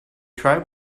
tribe